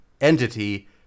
entity